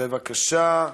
בבקשה.